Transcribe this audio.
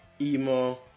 emo